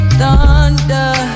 thunder